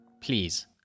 please